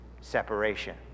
separation